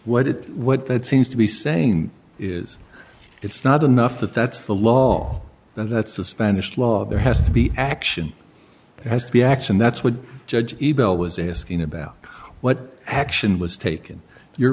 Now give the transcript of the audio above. it what that seems to be saying is it's not enough that that's the law that's the spanish law there has to be action has to be action that's what judge ebell was asking about what action was taken you're